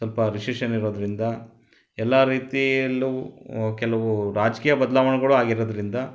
ಸ್ವಲ್ಪ ರಿಶಿಷನ್ ಇರೋದರಿಂದ ಎಲ್ಲ ರೀತಿಯಲ್ಲೂ ಕೆಲವು ರಾಜಕೀಯ ಬದಲಾವಣೆಗಳೂ ಆಗಿರೋದರಿಂದ